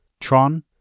Tron